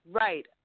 right